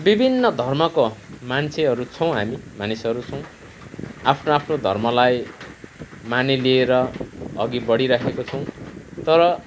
विभिन्न धर्मको मान्छेहरू छौँ हामी मानिसहरू छौँ आफ्नो आफ्नो धर्मलाई मानिलिएर अघि बढिरहेको छौँ तर